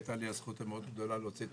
הייתה לי זכות מאוד גדול להוציא לאוויר